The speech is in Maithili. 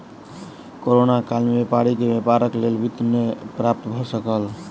कोरोना काल में व्यापारी के व्यापारक लेल वित्त नै प्राप्त भ सकल